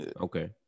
Okay